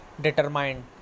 determined